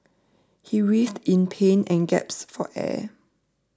he writhed in pain and gasped for air